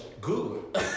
good